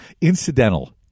incidental